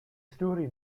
story